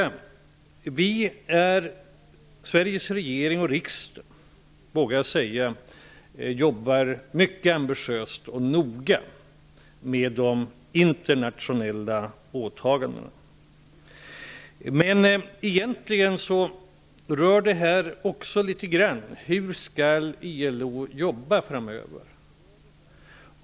Jag vågar säga att Sveriges regering och riksdag jobbar mycket ambitiöst och noga med de internationella åtagandena. Men egentligen rör det här också frågan om hur ILO skall jobba framöver.